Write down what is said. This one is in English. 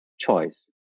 Choice